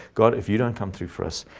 god, if you don't come through for us,